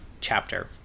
Chapter